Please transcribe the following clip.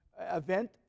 event